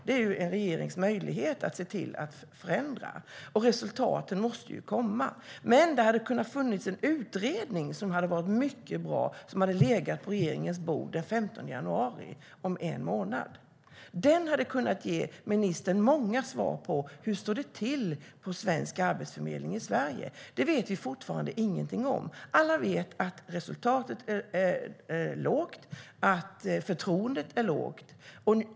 Det är en regerings möjlighet att förändra, och resultaten måste komma. Men en mycket bra utredning hade kunnat ligga på regeringens bord den 15 januari, om en månad. Den hade kunnat ge ministern många svar på: Hur står det till med Arbetsförmedlingen i Sverige? Det vet vi fortfarande ingenting om. Alla vet att resultatet är lågt och att förtroendet är lågt.